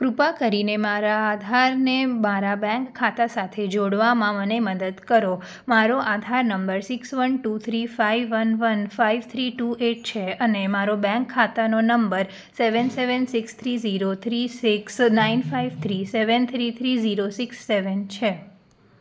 કૃપા કરીને મારા આધારને મારા બેંક ખાતા સાથે જોડવામાં મને મદદ કરો મારો આધાર નંબર six one two three five one one five three two eight છે અને મારો બેંક ખાતાનો નંબર seven seven six three zero three six nine five three seven three three zero six seven છે